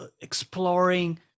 exploring